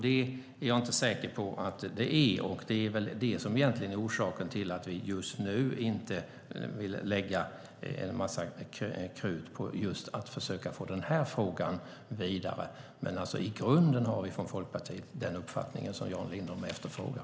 Det är jag inte säker på att det är, och det är väl det som egentligen är orsaken till att vi just nu inte vill lägga en massa krut på att få den här frågan vidare. Men i grunden har vi från Folkpartiet den uppfattning som Jan Lindholm efterfrågar.